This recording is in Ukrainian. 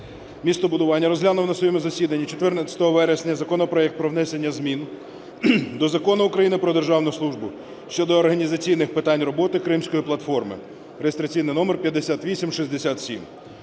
містобудування розглянув на своєму засіданні 14 вересня законопроект про внесення змін до Закону України "Про державну службу" щодо організаційних питань роботи Кримської платформи (реєстраційний номер 5867).